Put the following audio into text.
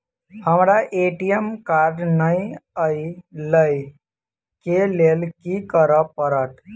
हमरा ATM card नै अई लई केँ लेल की करऽ पड़त?